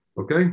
Okay